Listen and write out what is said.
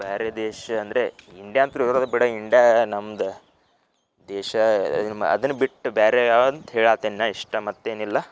ಬೇರೆ ದೇಶ ಅಂದರೆ ಇಂಡ್ಯಾ ಅಂತು ಹೇಳೋದ ಬೇಡ ಇಂಡಾ ನಮ್ದು ದೇಶ ಮ ಅದನ್ನು ಬಿಟ್ಟು ಬೇರೇ ಅಂತ ಹೇಳಾಯ್ತ್ ಇನ್ನು ಇಷ್ಟೇ ಮತ್ತೇನಿಲ್ಲ